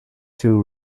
two